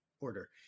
order